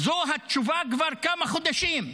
זו התשובה כבר כמה חודשים.